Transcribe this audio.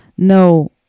No